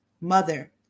mother